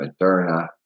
Moderna